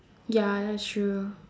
ya that's true